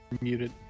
muted